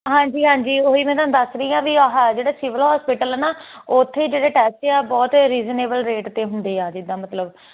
ਹਾਂਜੀ ਹਾਂਜੀ ਉਹੀ ਮੈਂ ਤੁਹਾਨੂੰ ਦੱਸ ਰਹੀ ਆਹ ਵੀ ਜਿਹੜਾ ਸਿਵਲ ਹੋਸਪੀਟਲ ਨਾ ਉੱਥੇ ਜਿਹੜੇ ਟੈਸਟ ਆ ਬਹੁਤ ਰੀਜਨੇਬਲ ਰੇਟ ਤੇ ਹੁੰਦੇ ਆ ਜਿਦਾਂ ਮਤਲਬ